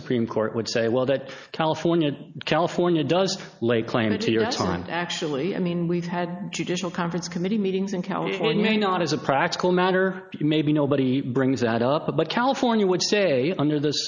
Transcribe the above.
supreme court would say well that california california does lay claim to your time actually i mean we've had judicial conference committee meetings in california may not as a practical matter maybe nobody brings that up but california would say under the